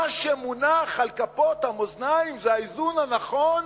מה שמונח על כפות המאזניים זה האיזון הנכון